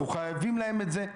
אנחנו חייבים להם את זה.